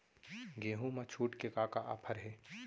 गेहूँ मा छूट के का का ऑफ़र हे?